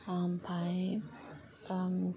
ओमफ्राय